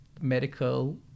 medical